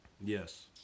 Yes